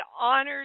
honors